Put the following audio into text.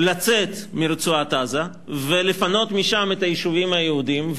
לצאת מרצועת-עזה ולפנות משם את היישובים היהודיים,